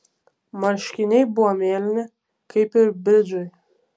marškiniai buvo mėlyni kaip ir bridžai